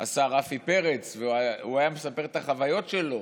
השר רפי פרץ והיה מספר את החוויות שלו,